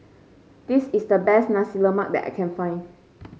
this is the best Nasi Lemak that I can find